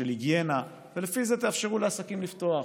של היגיינה, ולפי זה תאפשרו לעסקים לפתוח.